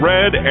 Red